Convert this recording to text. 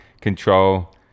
control